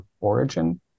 origin